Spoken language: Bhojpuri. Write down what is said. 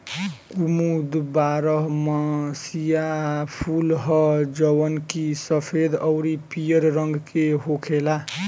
कुमुद बारहमसीया फूल ह जवन की सफेद अउरी पियर रंग के होखेला